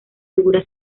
figura